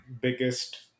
biggest